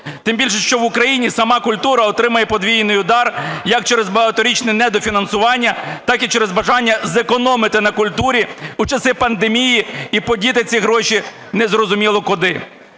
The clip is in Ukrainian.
Тим більше, що в Україні сама культура отримує подвійний удар як через багаторічне недофінансування, так і через бажання зекономити на культурі у часи пандемії і подіти ці гроші незрозуміло куди.